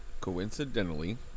coincidentally